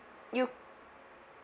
you